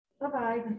bye-bye